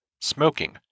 smoking